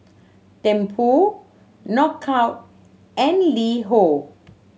Tempur Knockout and LiHo